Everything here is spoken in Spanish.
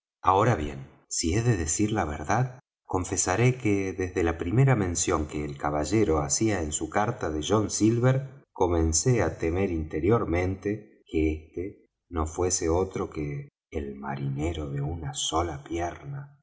ahora bien si he de decir la verdad confesaré que desde la primera mención que el caballero hacía en su carta de john silver comencé á temer interiormente que este no fuese otro que el marinero de una sola pierna